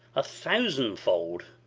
a thousand fold.